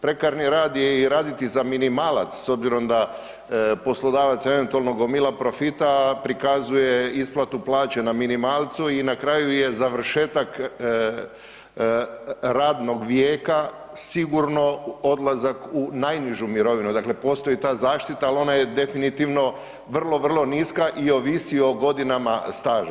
Prekarni rad je i raditi za minimalac s obzirom da poslodavac eventualno gomila profita, a prikazuje isplatu plaće na minimalcu i na kraju je završetak radnog vijeka sigurno odlazak u najnižu mirovinu, dakle postoji ta zaštita, al ona je definitivno vrlo, vrlo niska i ovisi o godinama staža.